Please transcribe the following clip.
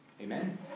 Amen